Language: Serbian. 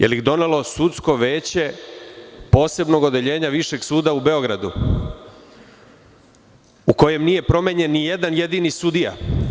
Da li ih je donelo sudsko veće posebnog odeljenja Višeg suda u Beogradu u kojem nije promenjen ni jedan jedini sudija?